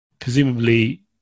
presumably